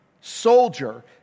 soldier